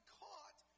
caught